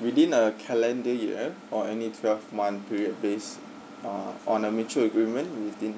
within a calendar year or any twelve month period based ah on a mutual agreement within